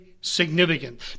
significant